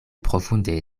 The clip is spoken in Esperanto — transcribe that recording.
profunde